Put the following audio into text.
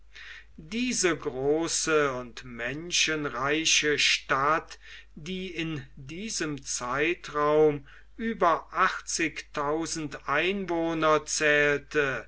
diese große und menschenreiche stadt die in diesem zeitraum über achtzigtausend einwohner zählte